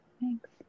Thanks